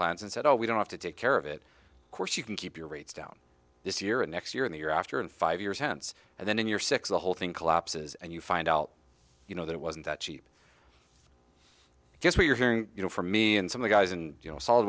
plans and said oh we don't have to take care of it of course you can keep your rates down this year and next year in the year after and five years hence and then when you're six the whole thing collapses and you find out you know that it wasn't that cheap just what you're hearing you know from me and some guys and you know solid